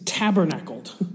tabernacled